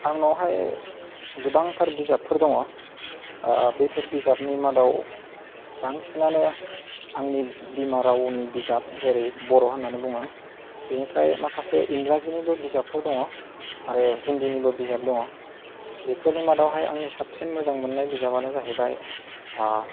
आंनावहाय गोबांथार बिजाबफोर दङ बेफोर बिजाबनि मादाव बांसिनानो आंनि बिमा रावनि बिजाब जेरै बर' होननानै बुङो बेनिफ्राय माखासे इंराजिनिबो बिजाबफोर दङ आरो हिन्दीनिबो बिजाब दङ बेफोरनि मादावहाय आंनि साबसिन मोजां मोननाय बिजाबानो जाहैबाय